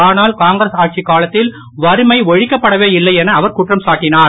ஆனால் காங்கிரஸ் ஆட்சி காலத்தில் வறுமை ஒழிக்கப்படவே இல்லை என அவர் குற்றம் சாட்டினார்